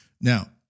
Now